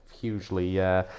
hugely